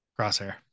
Crosshair